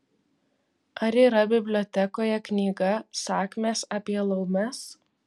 ar yra bibliotekoje knyga sakmės apie laumes